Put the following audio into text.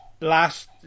last